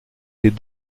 des